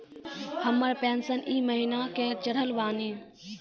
हमर पेंशन ई महीने के चढ़लऽ बानी?